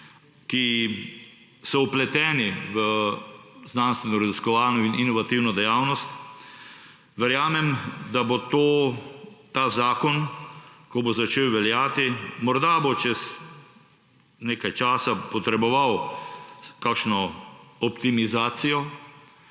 ki so vpleteni v znanstvenoraziskovalno in inovativno dejavnost. Verjamem, da bo ta zakon, ko bo začel veljati, morda čez nekaj časa potreboval kakšno optimizacijo,